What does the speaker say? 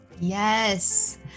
yes